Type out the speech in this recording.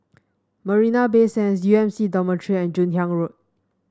Marina Bay Sands U M C Dormitory and Joon Hiang Road